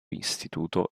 istituto